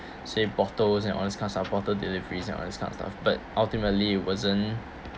save bottles and all these kind of stuff bottle deliveries and all these kind of stuff but ultimately it wasn't